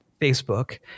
Facebook